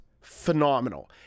phenomenal